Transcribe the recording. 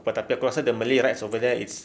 tapi aku rasa the malay rights over there it's